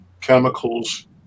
chemicals